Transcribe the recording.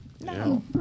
No